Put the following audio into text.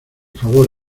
favor